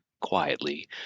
quietly